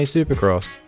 Supercross